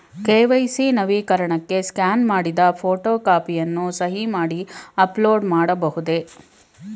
KYC ನವೀಕರಣಕ್ಕೆ scan ಮಾಡಿದ photo ಕಾಪಿಯನ್ನು ಸಹಿ ಮಾಡಿ ಅಪ್ಲೋಡ್ ಮಾಡಬಹುದೇ?